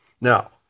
Now